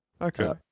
Okay